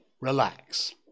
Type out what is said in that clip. Relax